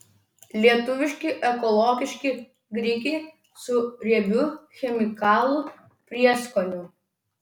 lietuviški ekologiški grikiai su riebiu chemikalų prieskoniu